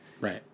Right